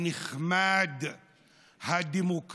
אדוני